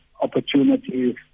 Opportunities